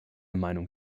meinung